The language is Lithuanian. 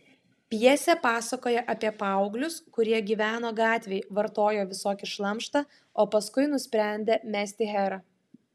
pjesė pasakoja apie paauglius kurie gyveno gatvėj vartojo visokį šlamštą o paskui nusprendė mesti herą